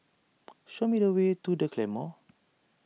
show me the way to the Claymore